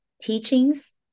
teachings